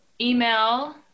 Email